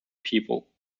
people